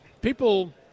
people –